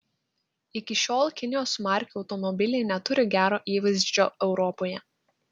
iki šiol kinijos markių automobiliai neturi gero įvaizdžio europoje